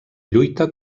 lluita